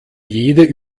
jede